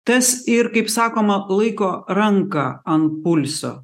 tas ir kaip sakoma laiko ranką ant pulso